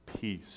peace